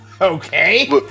Okay